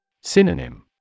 Synonym